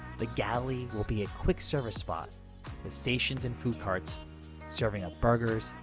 the galley will be a quick service spot with stations and food carts serving up burgers,